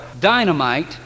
dynamite